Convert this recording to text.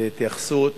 התייחסות